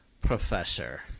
professor